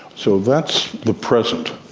so that's the present.